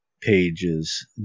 pages